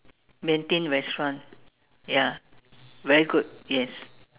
Beng-Thin restaurant very good yes